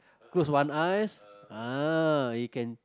close one eyes ah you can